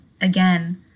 Again